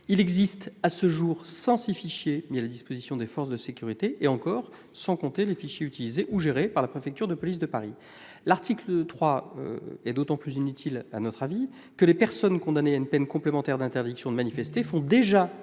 effectivement 106 fichiers qui sont mis à la disposition des forces de sécurité, et encore, c'est sans compter les fichiers utilisés ou gérés par la préfecture de police de Paris. L'article 3 est d'autant plus inutile, selon nous, que les personnes condamnées à une peine complémentaire d'interdiction de manifester font déjà